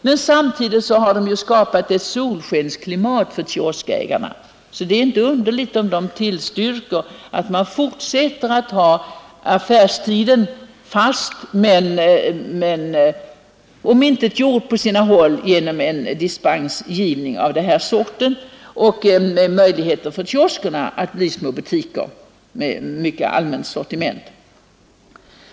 Men samtidigt har ju detta skapat ett solskensklimat för kioskägarna, så det är inte underligt om de tillstyrker att man fortsätter att ha affärstiden fast men omintetgjord på sina håll genom en dispensgivning av den här sorten och med möjligheter för kioskerna att bli små butiker med mycket allmänt sortiment.